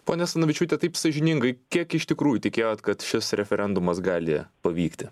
ponia asanavičiūte taip sąžiningai kiek iš tikrųjų tikėjot kad šis referendumas gali pavykti